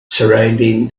surrounding